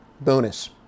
bonus